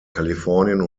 kalifornien